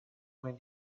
main